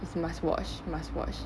it's must watch must watch